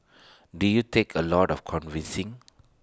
did you take A lot of convincing